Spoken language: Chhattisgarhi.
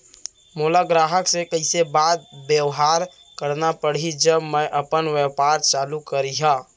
मोला ग्राहक से कइसे बात बेवहार करना पड़ही जब मैं अपन व्यापार चालू करिहा?